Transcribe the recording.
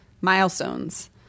milestones